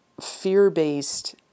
fear-based